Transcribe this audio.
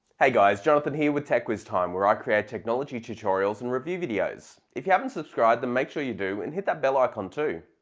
hey guys jonathan here with techwiztime, where i create technology tutorials and review videos if you haven't subscribed them make sure you do and hit that bell icon too.